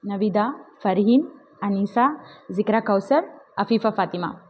Navitha Parihin Anisa Sikkara Kausan Afifa Fathima